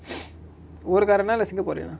ஊர்காரனா இல்ல:oorkaaranaa illa singaporean ah